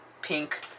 pink